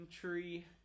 tree